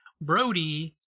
Brody